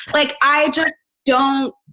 like i just don't,